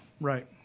right